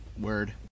Word